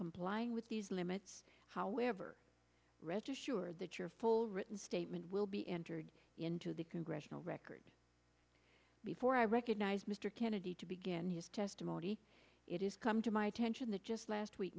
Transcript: complying with these limits however register that your full written statement will be entered into the congressional record before i recognize mr kennedy to begin his testimony it is come to my attention that just last week